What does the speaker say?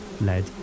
led